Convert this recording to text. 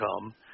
come